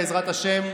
בעזרת השם,